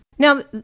Now